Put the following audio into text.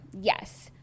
yes